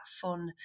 fun